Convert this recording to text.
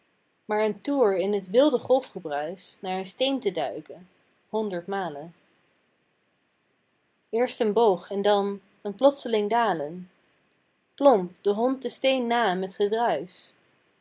maar een toer in t wilde golfgebruisch naar een steen te duiken honderd malen eerst een boog en dan een plotseling dalen plomp de hond den steen na met gedruisch